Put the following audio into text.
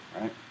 Right